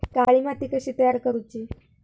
काळी माती कशी तयार करूची?